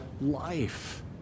life